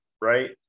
right